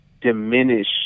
diminish